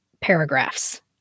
paragraphs